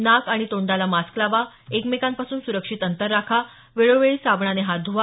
नाक आणि तोंडाला मास्क लावा एकमेकांपासून सुरक्षित अंतर राखा वेळोवेळी साबणाने हात धुवा